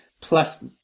plus